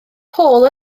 paul